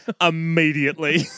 immediately